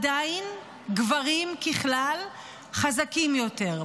עדיין גברים ככלל חזקים יותר,